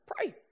pray